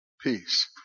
peace